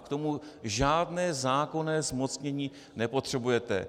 K tomu žádné zákonné zmocnění nepotřebujete.